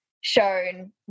shown